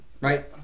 right